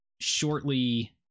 shortly